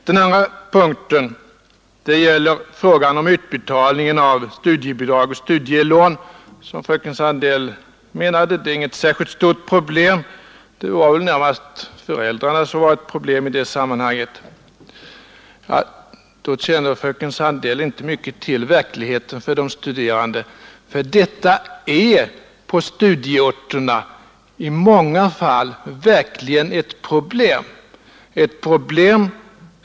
Den andra punkten gäller frågan om utbetalningen av studiebidrag och studielån. Fröken Sandell menade att detta inte är något särskilt stort problem; det var väl närmast föräldrarna som var ett problem i sammanhanget. Då känner fröken Sandell inte mycket till verkligheten för de studerande. Detta är på studieorterna i många fall verkligen ett problem.